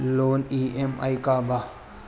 Loan EMI का बा?